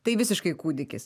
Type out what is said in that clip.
tai visiškai kūdikis